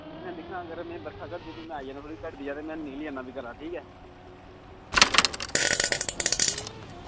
दिक्खना दिक्खना सर जियां बर्खा घटदी में आई जन्ना सर जियां बरखा घटदी ते में निकली जन्ना घरा ठीक ऐ